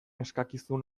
eskakizun